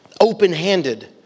open-handed